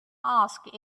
asked